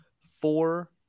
Four